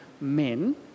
men